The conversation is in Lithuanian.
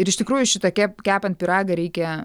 ir iš tikrųjų šitą kep kepant pyragą reikia